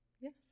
yes